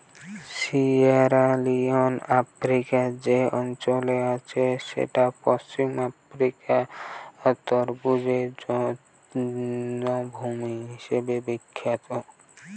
Sierra Leone আফ্রিকার যে অঞ্চলে আছে সেইটা পশ্চিম আফ্রিকার তরমুজের জন্মভূমি হিসাবে বিখ্যাত